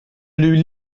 lui